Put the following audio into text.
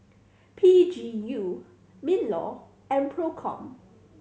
P G U MinLaw and Procom